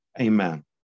amen